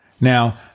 now